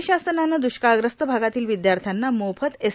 राज्य शासनानं द्रष्काळग्रस्त भागातील विद्यार्थ्यांना मोफत एस